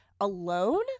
alone